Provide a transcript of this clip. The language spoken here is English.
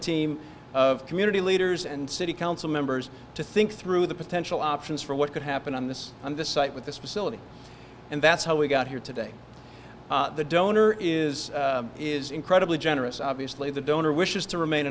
a team of community leaders and city council members to think through the potential options for what could happen on this on the site with this facility and that's how we got here today the donor is is incredibly generous obviously the donor wishes to remain